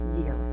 year